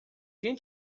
quem